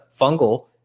fungal